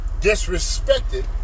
disrespected